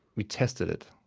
we tested it.